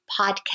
podcast